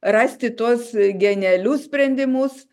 rasti tuos genialius sprendimus